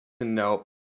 No